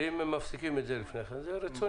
ואם מפסיקים את זה לפני כן זה רצוני.